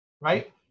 Right